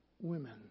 women